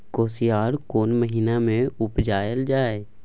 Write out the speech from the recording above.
कोसयार कोन महिना मे उपजायल जाय?